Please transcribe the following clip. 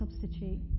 substitute